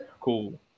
Cool